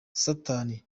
satani